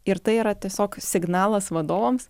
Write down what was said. ir tai yra tiesiog signalas vadovams